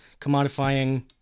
commodifying